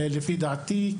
לפי דעתי,